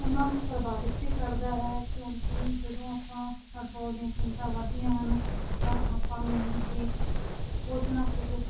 ਉਹਨਾਂ ਨੂੰ ਪ੍ਰਭਾਵਿਤ ਵੀ ਕਰਦਾ ਹੈ ਕਿਉਂਕਿ ਜਦੋਂ ਆਪਾਂ ਪੈਟਰੋਲ ਦੀਆਂ ਕੀਮਤਾਂ ਵਧਦੀਆਂ ਹਨ ਤਾਂ ਆਪਾਂ ਨੂੰ ਵੀ ਕੁਝ ਨਾ ਕੁਝ